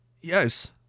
Yes